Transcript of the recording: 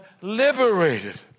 liberated